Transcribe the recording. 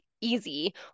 easy